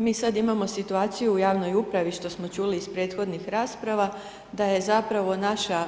Mi sam imamo situaciju u javnoj upravi što smo čuli iz prethodnih rasprava, da je zapravo naša